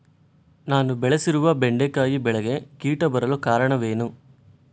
ನಾನು ಬೆಳೆಸಿರುವ ಬೆಂಡೆಕಾಯಿ ಬೆಳೆಗೆ ಕೀಟ ಬರಲು ಕಾರಣವೇನು?